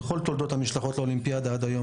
בכל תולדות המשלחות לאולימפיאדה עד היום